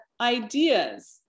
ideas